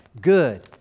good